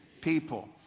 people